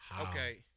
okay